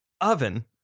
oven